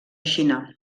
xina